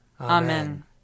Amen